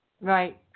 Right